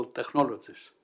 technologies